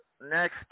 next